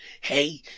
Hey